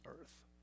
earth